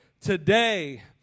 Today